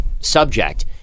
subject